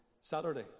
Saturday